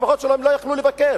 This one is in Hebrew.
המשפחות שלהם לא יכלו לבקר.